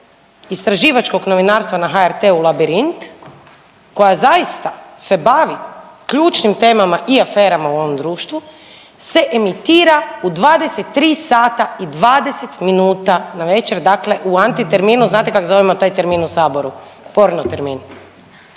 istraživačkog novinarstva na HRT-u u Labrinit koja zaista se bavi ključnim temama i aferama u ovom društvu se emitira u 23,20 navečer u antiterminu? Znate kako zovemo taj termin u Saboru? Porno termin.